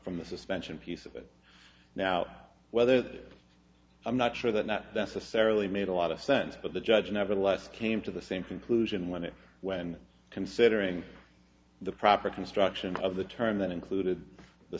from the suspension piece of it now whether i'm not sure that not necessarily made a lot of sense but the judge nevertheless came to the same conclusion when it when considering the proper construction of the term that included the